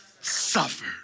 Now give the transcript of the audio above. Suffered